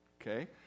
okay